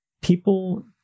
people